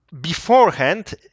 beforehand